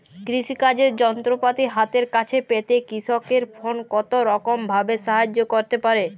কৃষিকাজের যন্ত্রপাতি হাতের কাছে পেতে কৃষকের ফোন কত রকম ভাবে সাহায্য করতে পারে?